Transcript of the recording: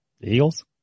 Eagles